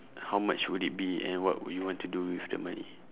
how much would it be and what will you want to do with the money